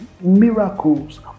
miracles